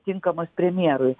tinkamos premjerui